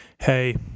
hey